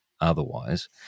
otherwise